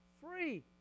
free